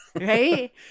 Right